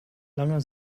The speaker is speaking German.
langer